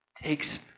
takes